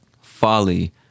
Folly